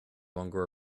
longer